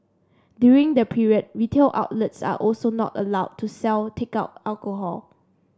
during the period retail outlets are also not allowed to sell takeout alcohol